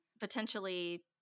potentially